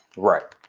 right.